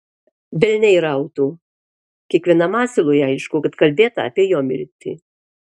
velniai rautų kiekvienam asilui aišku kad kalbėta apie jo mirtį